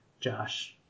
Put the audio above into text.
Josh –